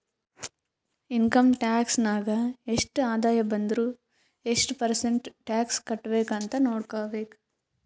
income tax ನಾಗ್ ಎಷ್ಟ ಆದಾಯ ಬಂದುರ್ ಎಷ್ಟು ಪರ್ಸೆಂಟ್ ಟ್ಯಾಕ್ಸ್ ಕಟ್ಬೇಕ್ ಅಂತ್ ನೊಡ್ಕೋಬೇಕ್